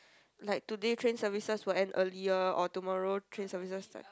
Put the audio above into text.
like today train services will end earlier or tomorrow train services